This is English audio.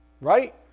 right